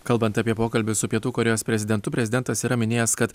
kalbant apie pokalbį su pietų korėjos prezidentu prezidentas yra minėjęs kad